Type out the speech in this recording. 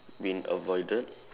been avoided